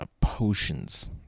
Potions